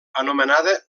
anomenada